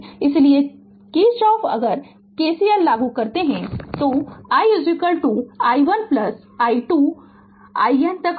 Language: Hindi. इसलिए किरचॉफ अगर KCL लागू करते हैं तो i i1 plus i2 iN तक होगा